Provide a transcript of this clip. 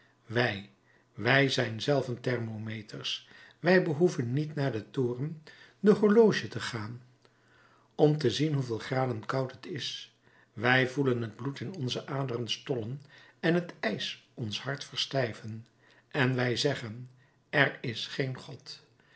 wij wij zijn zelven thermometers wij behoeven niet naar den toren de l'horloge te gaan om te zien hoeveel graden koud het is wij voelen het bloed in onze aderen stollen en het ijs ons hart verstijven en wij zeggen er is geen god